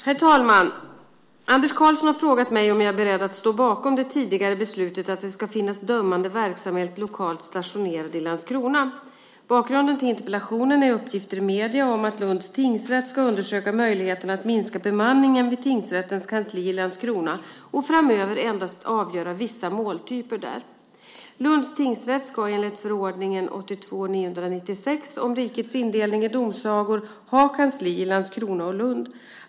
Herr talman! Anders Karlsson har frågat mig om jag är beredd att stå bakom det tidigare beslutet att det ska finnas dömande verksamhet lokalt stationerad i Landskrona. Bakgrunden till interpellationen är uppgifter i medier om att Lunds tingsrätt ska undersöka möjligheterna att minska bemanningen vid tingsrättens kansli i Landskrona och framöver endast avgöra vissa måltyper där. Lunds tingsrätt ska enligt förordningen om rikets indelning i domsagor ha kansli i Landskrona och Lund.